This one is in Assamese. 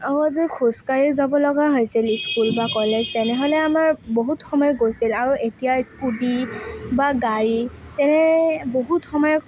আৰু আজি খোজকাঢ়ি যাব লগা হৈছিল স্কুল বা কলেজ তেনেহ'লে আমাৰ বহুত সময় গৈছিল আৰু এতিয়া স্কুটি বা গাড়ী বহুত সময়